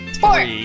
Four